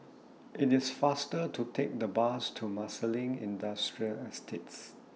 IT IS faster to Take The Bus to Marsiling Industrial Estates